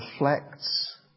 Reflects